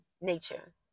nature